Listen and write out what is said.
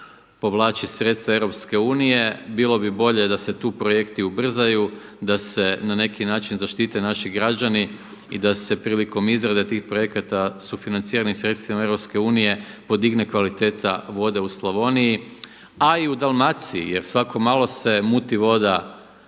povlači sredstva EU. Bilo bi bolje da se tu projekti ubrzaju, da se na neki način zaštite naši građani i da se prilikom izrade tih projekata sufinanciranim sredstvima EU podigne kvaliteta vode u Slavoniji, a i u Dalmaciji jer svako malo se muti voda,